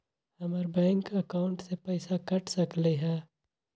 हमर bank account से पैसा कट सकलइ ह?